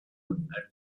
and